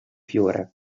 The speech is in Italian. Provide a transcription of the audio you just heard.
fiore